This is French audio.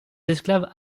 esclaves